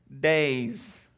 days